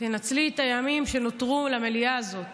תנצלי את הימים שנותרו למליאה הזאת